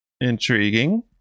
Intriguing